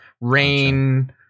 rain